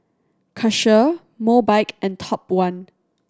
Karcher Mobike and Top One